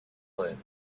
planet